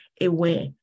aware